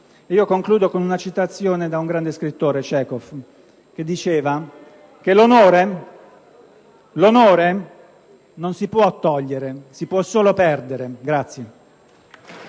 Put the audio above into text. Concludo con una citazione da un grande scrittore, Anton Cechov, che diceva che l'onore non si può togliere, si può solo perdere.